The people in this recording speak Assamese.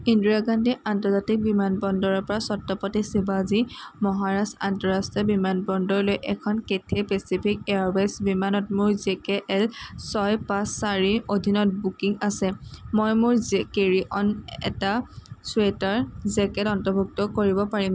ইন্দিৰা গান্ধী আন্তৰ্জাতিক বিমান বন্দৰৰ পৰা ছত্ৰপতি শিৱাজী মহাৰাজ আন্তঃৰাষ্ট্ৰীয় বিমান বন্দৰলৈ এখন কেথে' পেচিফিক এয়াৰৱে'জ বিমানত মোৰ জে কে এল ছয় পাঁচ চাৰিৰ অধীনত বুকিং আছে মই মোৰ জে কেৰী অন এটা ছুৱেটাৰ জেকেট অন্তৰ্ভুক্ত কৰিব পাৰিম